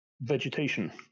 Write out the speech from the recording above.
vegetation